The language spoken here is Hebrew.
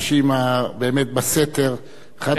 אחד מהאנשים היותר מופלאים בנושא זה.